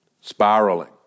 spiraling